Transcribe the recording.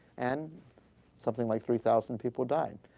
and something like three thousand people died.